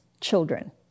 children